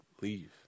leave